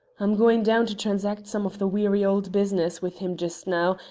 i'm going down to transact some of the weary old business with him just now,